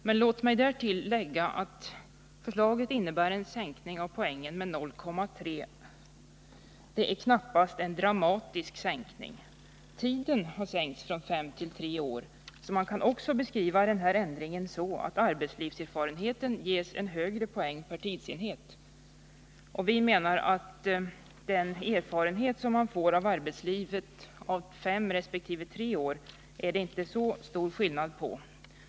Men låt mig därtill lägga att förslaget innebär en sänkning av poängen med 0,3. Det är knappast en dramatisk sänkning. Tiden har sänkts från fem till tre år, så man kan också beskriva den här ändringen så att arbetslivserfarenheten ges en högre poäng per tidsenhet. Vi menar att det inte är så stor skillnad mellan de erfarenheter man får från arbetslivet under fem år och de man får under tre år.